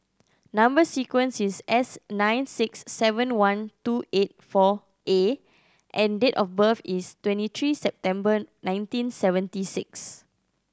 number sequence is S nine six seven one two eight four A and date of birth is twenty three September nineteen seventy six